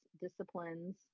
disciplines